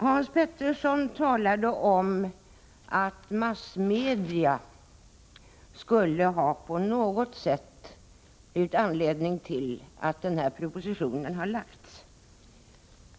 Hans Petersson talade om att massmedia på något sätt skulle ha varit anledningen till att propositionen framlades.